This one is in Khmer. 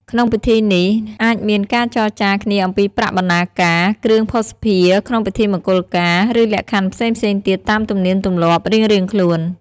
ក្នុងពិធីនេះ អាចមានការចរចាគ្នាអំពីប្រាក់បណ្ណាការ គ្រឿងភស្តុភារក្នុងពិធីមង្គលការ ឬលក្ខខណ្ឌផ្សេងៗទៀតតាមទំនៀមទម្លាប់រៀងៗខ្លួន។